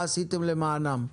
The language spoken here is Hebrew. מה עשיתם למענן?